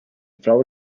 frau